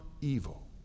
evil